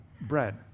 bread